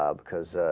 ah because